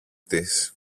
της